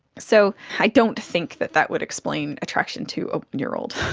so i don't think that that would explain attraction to a one-year-old,